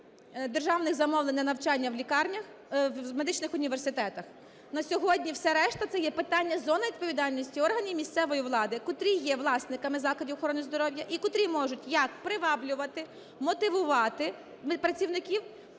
державних замовлень на навчання в лікарнях, в медичних університетах. На сьогодні все решта – це є питання зони відповідальності органів місцевої влади, котрі є власниками закладів охорони здоров'я і котрі можуть як приваблювати, мотивувати медпрацівників